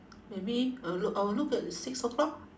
maybe I will look I will look at six o'clock